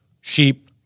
sheep